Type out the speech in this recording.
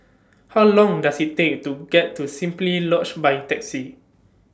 How Long Does IT Take to get to Simply Lodge By Taxi